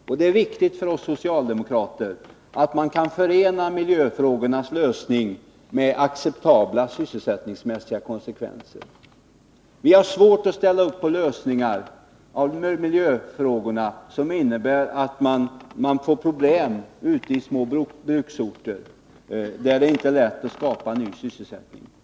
Och det är viktigt för oss socialdemokrater att miljöfrågornas lösning innebär acceptabla sysselsättningsmässiga konsekvenser. Vi har svårt att ställa upp på lösningar av miljöfrågorna som innebär att man får problem ute i de små glasbruksorterna, där det inte är lätt att skapa ny sysselsättning.